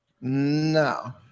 no